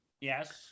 Yes